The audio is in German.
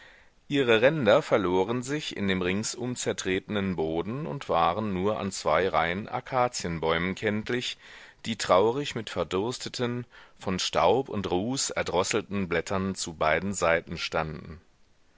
ihre ränder verloren sich in dem ringsum zertretenen boden und waren nur an zwei reihen akazienbäumen kenntlich die traurig mit verdursteten von staub und ruß erdrosselten blättern zu beiden seiten standen